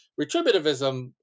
retributivism